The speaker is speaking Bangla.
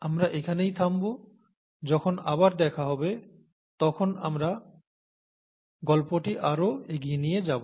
আমরা এখানেই থাকব যখন আবার দেখা হবে তখন আমরা গল্পটি আরও এগিয়ে নিয়ে যাব